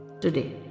today